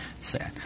sad